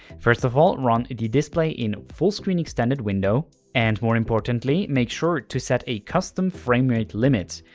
first of all, run the display in fullscreen extended window and more importantly make sure to set a custom framerate limit.